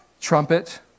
trumpet